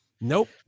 nope